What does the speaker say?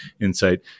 insight